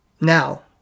Now